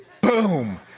Boom